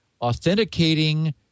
authenticating